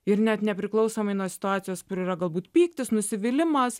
ir net nepriklausomai nuo situacijos kur yra galbūt pyktis nusivylimas